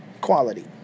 quality